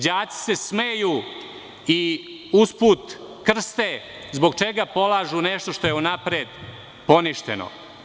Đaci se smeju i uz put krste zbog čega polažu nešto što je u napred poništeno.